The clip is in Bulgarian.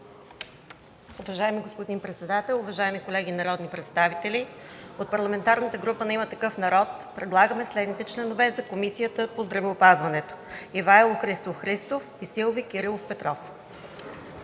Уважаеми господин Председател, уважаеми колеги народни представители! От парламентарната група на „Има такъв народ“ предлагаме следните членове за Комисията по здравеопазването: Ивайло Христов Христов и Силви Кирилов Петров.